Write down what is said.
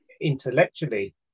intellectually